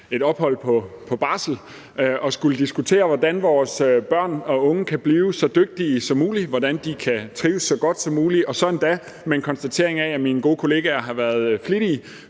et ophold på barsel og skulle diskutere, hvordan vores børn og unge kan blive så dygtige som muligt, hvordan de kan trives så godt som muligt, og så endda med en konstatering af, at mine gode kollegaer har været flittige,